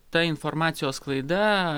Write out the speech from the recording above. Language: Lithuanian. ta informacijos sklaida